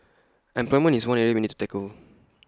employment is one area we need to tackle